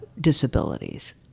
disabilities